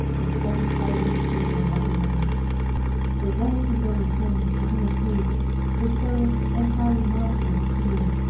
with heavy tidings came th' unhappy maid the volscians overthrown, camilla kill'd the foes, entirely masters of the field,